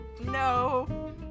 no